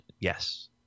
Yes